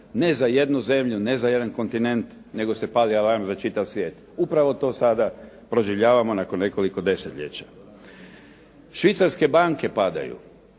ne za jednu zemlju, ne za jedan kontinent, nego se pali alarm za čitav svijet. Upravo to sada proživljavamo nakon nekoliko desetljeća. Švicarske banke padaju.